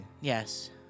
Yes